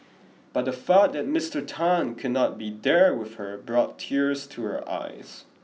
but the thought that Mister Tan could not be there with her brought tears to her eyes